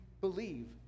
believe